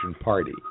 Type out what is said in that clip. party